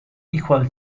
equal